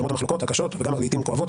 שלמרות המחלוקות הקשות וגם לעתים הכואבות